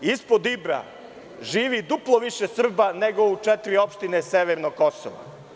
Ispod Ibra živi duplo više Srba nego u četiri opštine severnog Kosova.